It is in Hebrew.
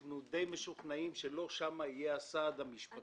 אנחנו די משוכנעים שלא שם יהיה הסעד המשפטי.